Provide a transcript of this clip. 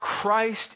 Christ